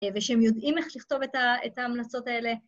‫ושהם יודעים איך לכתוב את ההמלצות האלה,